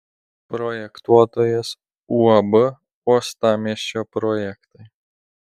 projektuotojas uab uostamiesčio projektai